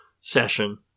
session